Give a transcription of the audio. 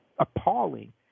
appalling